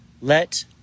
let